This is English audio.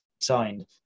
signed